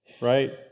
Right